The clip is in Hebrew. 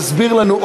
תסביר לנו עוד.